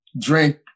drink